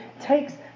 takes